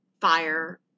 fire